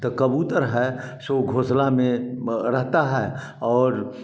तो कबूतर है सो घोंसला में रहता है और